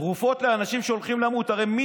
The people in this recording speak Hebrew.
"הרוגי